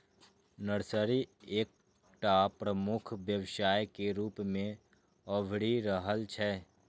nursery एकटा प्रमुख व्यवसाय के रूप मे अभरि रहल छै